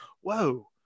whoa